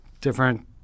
different